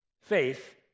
Faith